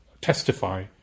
testify